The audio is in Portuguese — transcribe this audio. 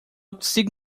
consigo